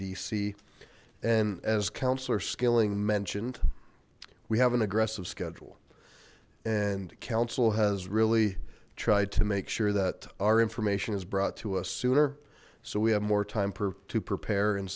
dc and as councilor skilling mentioned we have an aggressive schedule and council has really tried to make sure that our information is brought to us sooner so we have more time to prepare and